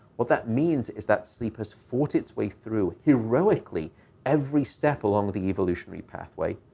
what that means is that sleepers fought its way through heroically every step along the evolutionary pathway,